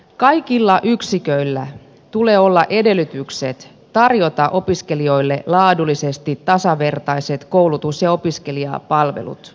kaikilla yksiköillä tulee olla edellytykset tarjota opiskelijoille laadullisesti tasavertaiset koulutus ja opiskelijapalvelut